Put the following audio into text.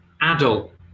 adult